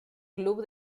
club